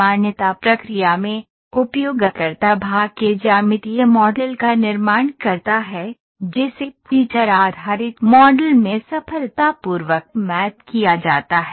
मान्यता प्रक्रिया में उपयोगकर्ता भाग के ज्यामितीय मॉडल का निर्माण करता है जिसे फीचर आधारित मॉडल में सफलतापूर्वक मैप किया जाता है